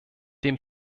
dem